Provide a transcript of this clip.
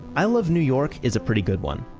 i love new york is a pretty good one.